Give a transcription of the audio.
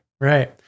Right